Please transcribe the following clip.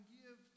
give